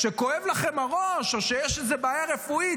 כשכואב לכם הראש או כשיש איזו בעיה רפואית,